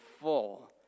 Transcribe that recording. full